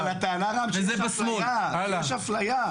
אבל הטענה גם, שיש אפליה.